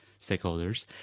stakeholders